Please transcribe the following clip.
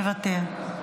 מוותר.